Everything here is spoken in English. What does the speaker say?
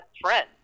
friends